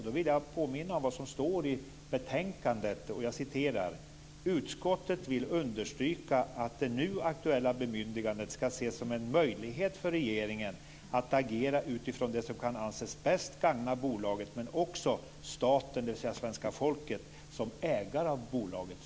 Då vill jag påminna om vad som står i betänkandet: "Utskottet vill understryka att det nu aktuella bemyndigandet skall ses som en möjlighet för regeringen att agera utifrån det som kan anses bäst gagna bolaget men också staten, dvs. svenska folket, som ägare av bolaget."